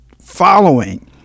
following